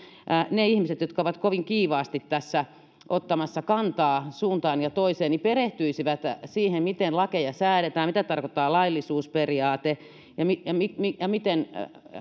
ne ihmiset jotka ovat kovin kiivaasti tässä ottamassa kantaa suuntaan ja toiseen perehtyisivät siihen miten lakeja säädetään mitä tarkoittaa laillisuusperiaate ja miten ja miten